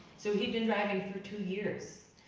so he'd been driving for two years.